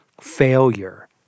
failure